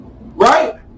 Right